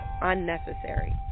unnecessary